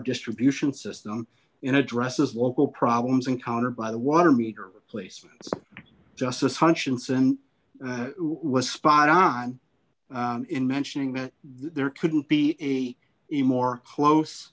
distribution system in addresses local problems encountered by the water meter placements justice hutchinson was spot on in mentioning that there couldn't be a in more close